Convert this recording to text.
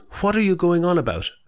what-are-you-going-on-about